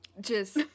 Just-